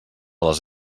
les